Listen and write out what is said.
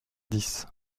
dix